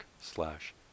slash